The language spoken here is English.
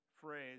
phrase